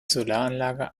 solaranlage